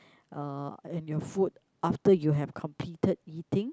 uh and your food after you have completed eating